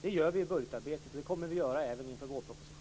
Det gör vi i budgetarbetet, och det kommer vi även att göra inför vårpropositionen.